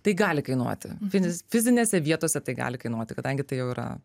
tai gali kainuoti fiz fizinėse vietose tai gali kainuoti kadangi tai jau yra